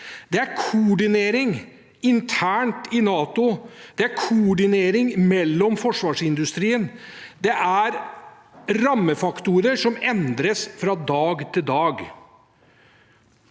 Det er koordinering internt i NATO. Det er koordinering i forsvarsindustrien. Det er rammefaktorer som endres fra dag til dag.